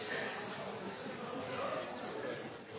jeg